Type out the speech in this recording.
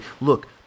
look